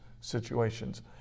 situations